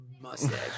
mustache